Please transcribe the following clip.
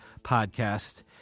podcast